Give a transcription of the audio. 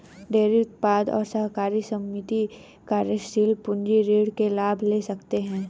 dairy उत्पादक और सहकारी समिति कार्यशील पूंजी ऋण के लाभ ले सकते है